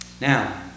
Now